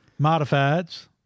Modifieds